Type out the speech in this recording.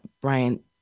Brian